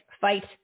fight